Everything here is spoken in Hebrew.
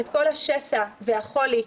את כל השסע והחולי,